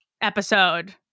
episode